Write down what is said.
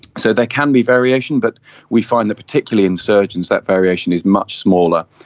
so there can be variation but we find that particularly in surgeons that variation is much smaller,